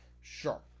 Sure